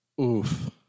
Oof